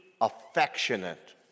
affectionate